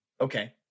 Okay